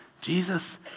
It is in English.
Jesus